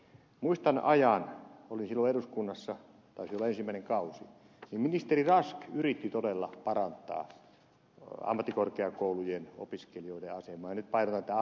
muistan ajan olin silloin eduskunnassa taisi olla ensimmäinen kausi kun ministeri rask yritti todella parantaa ammattikorkeakoulujen opiskelijoiden asemaa ja nyt painotan tätä ammattikorkeakoulua